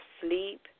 sleep